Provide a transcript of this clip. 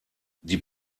die